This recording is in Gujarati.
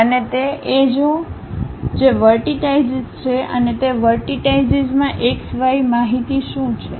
અને તે એજઓ જે વર્ટિટાઈશીસ છે અને તે વર્ટિટાઈશીસમાં x y માહિતી શું છે